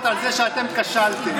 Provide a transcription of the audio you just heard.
תראי איזה זעם זה מוציא ממך.